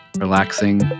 relaxing